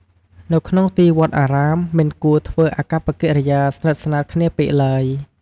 នៅក្នុងទីវត្តអារាម មិនគួរធ្វើអាកប្បកិរិយាស្និទ្ធស្នាលគ្នាពេកឡើយ។